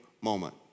moment